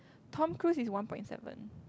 Tom-Cruise is one point seven